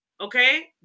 Okay